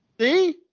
See